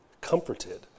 comforted